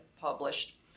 published